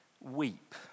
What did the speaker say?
weep